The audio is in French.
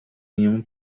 lyon